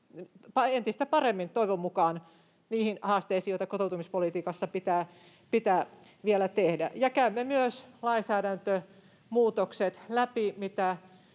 entistä paremmin, toivon mukaan, niihin haasteisiin, joita kotoutumispolitiikassa pitää vielä ratkaista. Käymme läpi myös lainsäädäntömuutokset, mitä